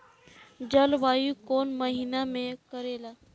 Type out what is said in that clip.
जलवायु कौन महीना में करेला?